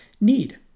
need